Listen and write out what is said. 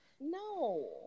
no